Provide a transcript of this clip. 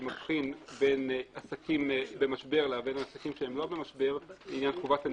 שמבחין בין עסקים שבמשבר לבין עסקים שאינם במשבר עניין חובת הנגישות,